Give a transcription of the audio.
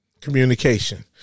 communication